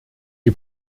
die